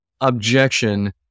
objection